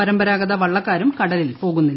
പരമ്പരാഗത വള്ളക്കാരും കടലിൽ പോകുന്നില്ല